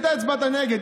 אתה הצבעת נגד,